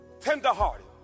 tenderhearted